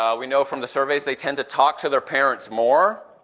ah we know from the surveys they tend to talk to their parents more,